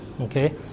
Okay